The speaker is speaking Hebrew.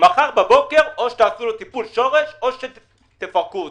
מחר בבוקר או שתעשו לו טיפול שורש או שתפרקו אותו.